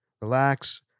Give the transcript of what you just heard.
relax